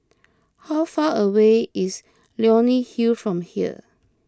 how far away is Leonie Hill from here